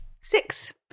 Six